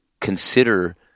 consider